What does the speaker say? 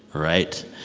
right?